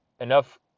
enough